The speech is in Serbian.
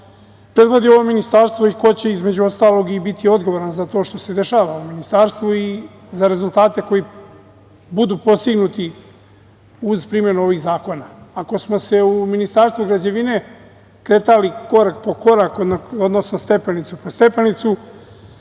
predvodi ovo ministarstvo i ko će između ostalog biti odgovoran za to što se dešava u ministarstvu i za rezultate koji budu postignuti, uz primenu ovih zakona. Ako smo se u Ministarstvu građevine kretali korak po korak, odnosno stepenicu po stepenicu,